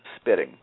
spitting